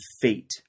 fate